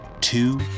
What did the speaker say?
two